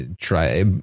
try